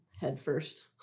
headfirst